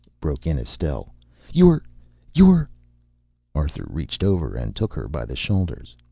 broke in estelle you're you're arthur reached over and took her by the shoulders.